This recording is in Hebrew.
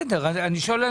תודה.